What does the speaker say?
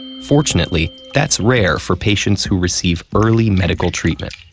fortunately, that's rare for patients who receive early medical treatment.